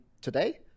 today